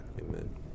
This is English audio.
amen